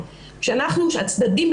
אם זה היה מחבל שדקר,